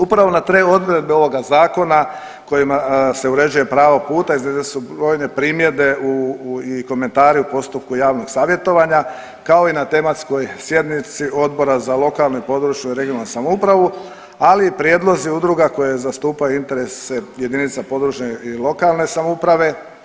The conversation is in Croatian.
Upravo na te odredbe ovoga Zakona kojima se uređuje pravo puta uznesene su brojne primjedbe i komentari u postupku javnog savjetovanja, kao i na tematskoj sjednici Odbora za lokalnu i područnu (regionalnu) samoupravu, ali i prijedlozi udruga koje zastupaju interese jedinica područne i lokalne samouprave.